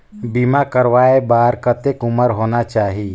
बीमा करवाय बार कतेक उम्र होना चाही?